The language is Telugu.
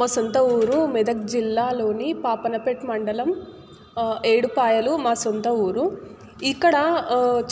మా సొంత ఊరు మెదక్ జిల్లాలోని పాపన్నపేట మండలం ఏడుపాయలు మా సొంత ఊరు ఇక్కడ